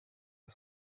you